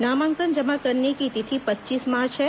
नामांकन जमा करने की तिथि पच्चीस मार्च है